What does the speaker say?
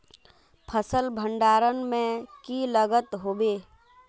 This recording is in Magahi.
फसल भण्डारण में की लगत होबे?